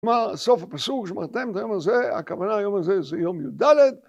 כלומר, סוף הפסוק: שמרתם את היום הזה, הכוונה היום הזה זה יום יד.